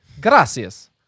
Gracias